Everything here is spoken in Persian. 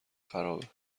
خرابه